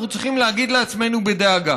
אנחנו צריכים להגיד לעצמנו בדאגה